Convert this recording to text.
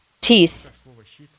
teeth